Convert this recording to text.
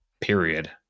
period